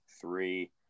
three